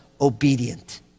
obedient